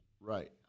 right